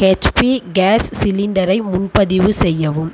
HP gas சிலிண்டரை முன்பதிவு செய்யவும்